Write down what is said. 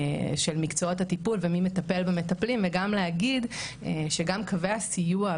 של מקצועות הטיפול ומי מטפל ובמי מטפלים וגם להגיד שגם קווי הסיוע,